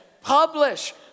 Publish